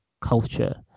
culture